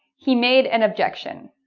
he made an objection